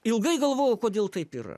ilgai galvojau kodėl taip yra